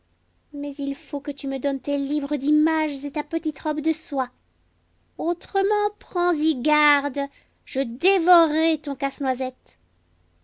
mais il faut que tu me donnes tes livres d'images et ta petite robe de soie autrement prends-y garde je dévorerai ton casse-noisette